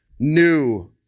new